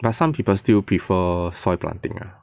but some people still prefer soil planting lah